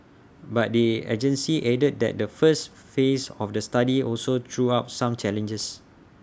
but the agency added that the first phase of the study also threw up some challenges